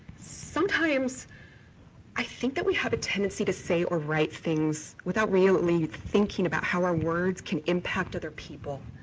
sometimes i think that we have a tendency to say or write things without really thinking about how our words can impact other people.